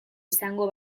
izango